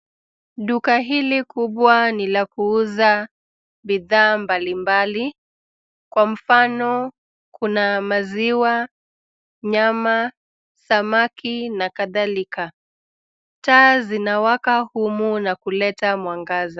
Duka hili kubwa ni la kuuza bidhaa mbali mbali. Kwa mfano, kuna: maziwa, nyama, samaki na kadhalika. Taa zinawaka humu na kuleta mwangaza.